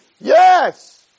Yes